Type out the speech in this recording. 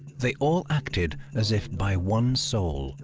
they all acted as if by one soul,